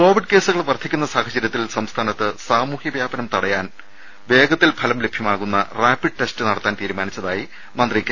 Covid കേസുകൾ വർദ്ധിക്കുന്ന സാഹചര്യത്തിൽ സംസ്ഥാനത്ത് സാമൂഹ്യ വ്യാപനം തടയാൻ വേഗത്തിൽ ഫലം ലഭ്യമാകുന്ന റാപ്പിഡ് ടെസ്റ്റ് നടത്താൻ തീരുമാനിച്ചതായി മന്ത്രി കെ